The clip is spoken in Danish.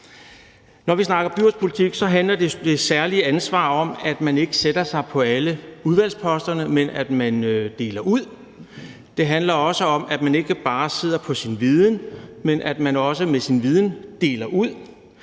Når vi snakker byrådspolitik, handler det særlige ansvar om, at man ikke sætter sig på alle udvalgsposterne, men at man deler ud. Det handler også om, at man ikke bare sidder på sin viden, men at man også med sin viden deler ud.